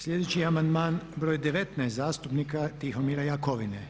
Sljedeći amandman je br. 19. zastupnika Tihomira Jakovine.